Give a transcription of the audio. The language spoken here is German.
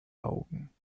augen